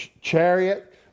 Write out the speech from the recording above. chariot